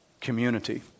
community